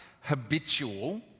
habitual